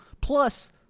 Plus